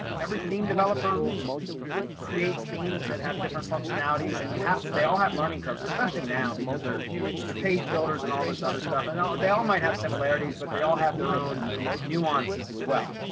everything developer creates themes that have different functionalities. and you have, they all have learning curves, especially now because they're their page builders and all this other stuff. and ah they all might have similarities, but they all have their own nuances as well.